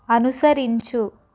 అనుసరించు